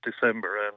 December